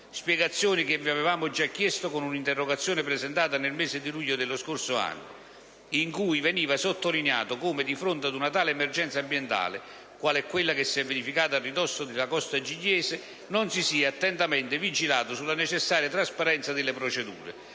spiegazioni che vi avevamo già chiesto con un'interrogazione presentata nel mese di luglio dello scorso anno, in cui veniva sottolineato come, di fronte ad una tale emergenza ambientale, qual è quella che si è verificata a ridosso della costa gigliese, non si sia attentamente vigilato sulla necessaria trasparenza delle procedure,